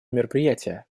мероприятия